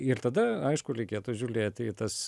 ir tada aišku leikėtų žiūlėti į tas